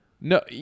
No